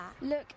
Look